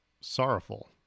sorrowful